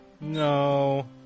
No